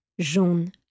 jaune